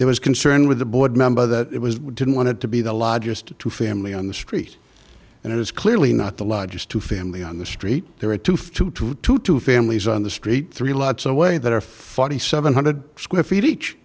there was concern with the board member that it was didn't want it to be the largest two family on the street and it is clearly not the largest two family on the street there are two for two two two two families on the street three lots away that are forty seven hundred square feet each